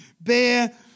bear